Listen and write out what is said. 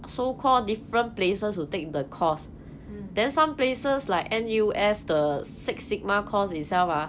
mm